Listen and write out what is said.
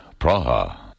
Praha